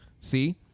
See